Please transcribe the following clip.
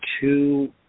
two